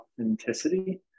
authenticity